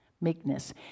meekness